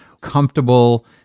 comfortable